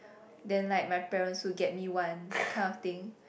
then like my parent still get me one kind of thing